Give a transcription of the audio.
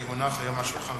כי הונח היום על שולחן